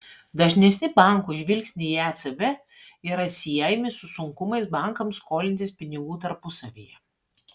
dažnesni bankų žvilgsniai į ecb yra siejami su sunkumais bankams skolintis pinigų tarpusavyje